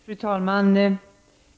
Fru talman!